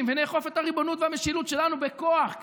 ונאכוף את הריבונות והמשילות שלנו בכוח,